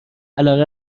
علی